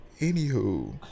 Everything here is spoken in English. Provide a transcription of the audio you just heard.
anywho